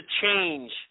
change